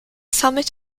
summit